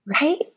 Right